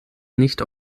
nicht